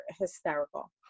hysterical